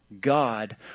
God